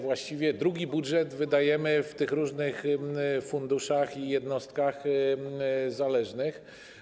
Właściwie drugi budżet wydajemy w tych różnych funduszach i jednostkach zależnych.